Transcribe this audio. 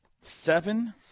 seven